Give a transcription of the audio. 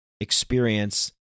experience